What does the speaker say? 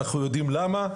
אנחנו יודעים למה,